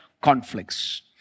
conflicts